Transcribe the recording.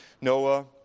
Noah